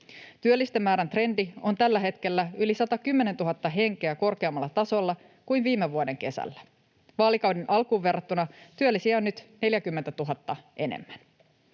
Työllisten määrän trendi on tällä hetkellä yli 110 000 henkeä korkeammalla tasolla kuin viime vuoden kesällä. Vaalikauden alkuun verrattuna työllisiä on nyt 40 000 enemmän.